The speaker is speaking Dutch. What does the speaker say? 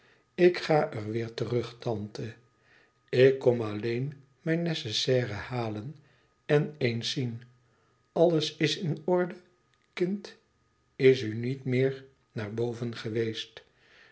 ik ga er weêr terug tante ik kom alleen mijn nécessaire halen en eens zien alles is in orde kind is u niet meer naar boven geweest